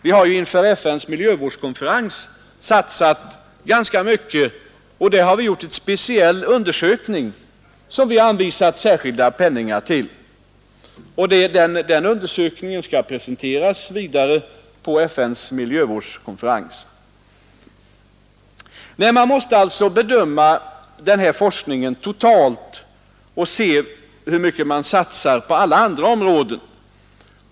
Vi har inför FN:s miljövårdskonferens satsat ganska mycket. Vi har gjort en speciell undersökning som vi har anvisat särskilda pengar till, och den undersökningen skall presenteras vidare på FN:s miljövårdskonferens. Man måste alltså bedöma den här forskningen totalt och se hur mycket som satsas på alla andra områden.